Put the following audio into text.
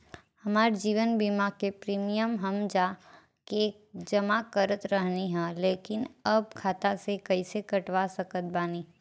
हमार जीवन बीमा के प्रीमीयम हम जा के जमा करत रहनी ह लेकिन अब खाता से कइसे कटवा सकत बानी?